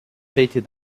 stated